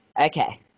Okay